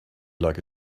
like